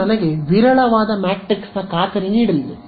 ಇದು ನನಗೆ ವಿರಳವಾದ ಮ್ಯಾಟ್ರಿಕ್ಸ್ ನ ಖಾತರಿ ನೀಡಲಿದೆ